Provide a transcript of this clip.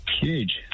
Huge